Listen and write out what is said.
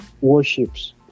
warships